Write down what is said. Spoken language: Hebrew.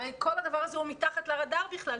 הרי כל הדבר הזה הוא מתחת לרדאר בכלל,